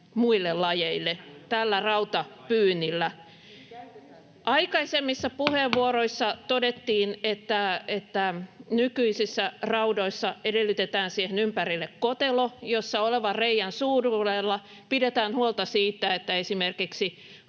Puhemies koputtaa] Aikaisemmissa puheenvuoroissa todettiin, että nykyisissä raudoissa edellytetään siihen ympärille kotelo, jossa olevan reiän suuruudella pidetään huolta siitä, että esimerkiksi